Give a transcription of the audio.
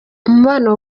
umubano